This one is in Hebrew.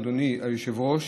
אדוני היושב-ראש,